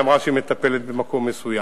היא אמרה שהיא מטפלת במקום מסוים.